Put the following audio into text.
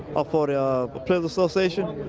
or for the players' association,